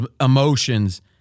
emotions